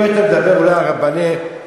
אם היית מדבר אולי על רבני ערים,